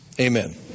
Amen